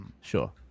sure